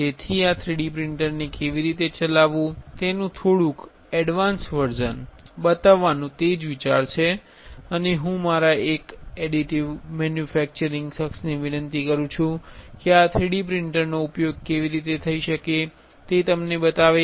તેથી આ 3D પ્રિંટરને કેવી રીતે ચલાવવું તેનુ થોડુક એડ્વાંસ વર્ઝન બતાવવાનો તે જ વિચાર છે અને હું મારા એક એડિટિવ મેન્યુફેક્ચરિંગ શખ્સને વિનંતી કરું છું કે આ 3D પ્રિંટરનો ઉપયોગ કેવી રીતે થઈ શકે તે તમને બતાવે